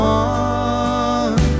one